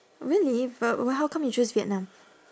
really but w~ how come you choose vietnam